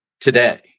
today